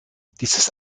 dieses